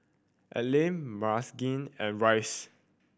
Aline Marquez and Rice